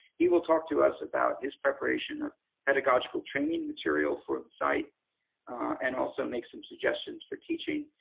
he will talk to us about his preparation of pedagogical training material for the site and also make some suggestions for teaching.